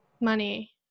money